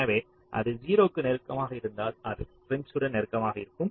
எனவே அது 0 க்கு நெருக்கமாக இருந்தால் அது ப்ரிம்ஸுடன் Prim's நெருக்கமாக இருக்கும்